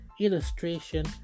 illustration